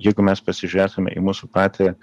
jeigu mes pasižiūrėtume į mūsų patį